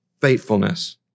faithfulness